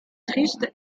triste